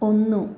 ഒന്ന്